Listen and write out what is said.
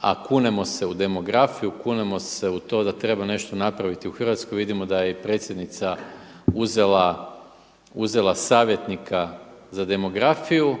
a kunemo se u demografiju, kunemo se u to da treba nešto napraviti u Hrvatskoj. Vidimo da je i predsjednica uzela savjetnika za demografiju,